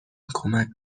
کمک